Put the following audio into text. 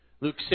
Luke